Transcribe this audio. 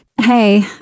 Hey